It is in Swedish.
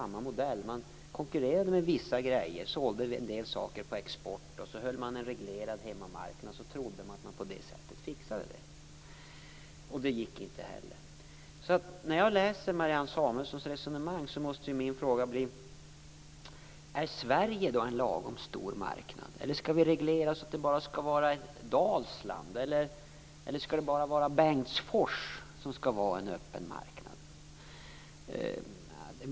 Man konkurrerade med vissa saker, sålde en del på export och höll en reglerad hemmamarknad. Man trodde att man på det sättet fixade det. Det gick inte heller. När jag läser Marianne Samuelssons resonemang måste jag ställa frågan: Är Sverige då en lagom stor marknad? Eller skall vi reglera så att det bara är t.ex. Dalsland eller Bengtsfors som skall vara en öppen marknad?